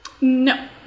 no